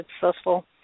successful